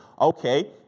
okay